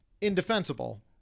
indefensible